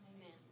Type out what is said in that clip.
Amen